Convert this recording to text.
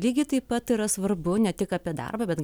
lygiai taip pat yra svarbu ne tik apie darbą bet